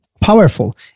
Powerful